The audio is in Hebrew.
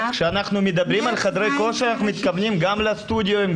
כשאנחנו מדברים על חדרי כושר אנחנו מתכוונים גם לסטודיואים,